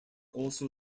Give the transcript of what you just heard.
also